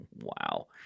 Wow